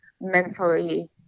mentally